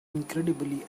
incredibly